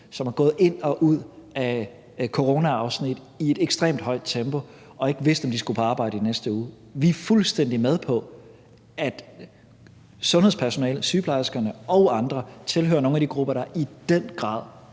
som er gået ind og ud af coronaafsnit i et ekstremt højt tempo og ikke vidste, om de skulle på arbejde i den næste uge. Vi er fuldstændig med på, at sundhedspersonalet, sygeplejerskerne og andre, tilhører nogle af de grupper, der i den grad